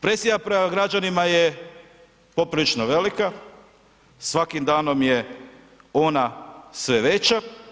Presija prema građanima je poprilično velika, svakim danom je ona sve veća.